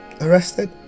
arrested